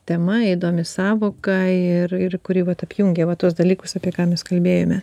tema įdomi sąvoka ir ir kuri vat apjungia va tuos dalykus apie ką mes kalbėjome